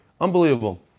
Unbelievable